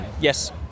Yes